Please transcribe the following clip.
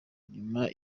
nyuma